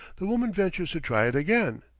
the woman ventures to try it again.